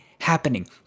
happening